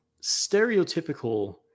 stereotypical